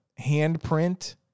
handprint